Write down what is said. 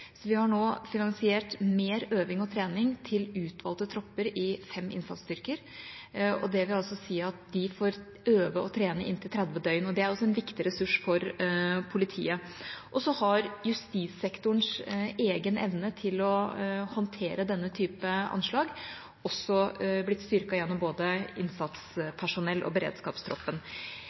Vi har nå finansiert mer øving og trening til utvalgte tropper i fem innsatsstyrker. Det vil altså si at de får øve og trene i inntil 30 døgn, og det er også en viktig ressurs for politiet. Så har justissektorens egen evne til å håndtere denne type anslag også blitt styrket gjennom både